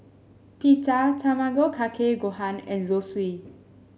Pita Tamago Kake Gohan and Zosui